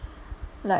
like